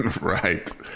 Right